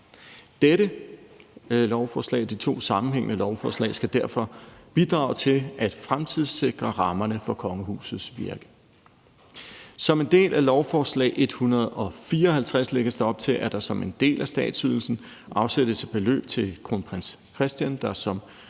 de to sammenhængende lovforslag, skal derfor bidrage til at fremtidssikre rammerne for kongehusets virke. Som en del af lovforslag nr. L 154 lægges der op til, at der som en del af statsydelsen afsættes et beløb til kronprins Christian, der som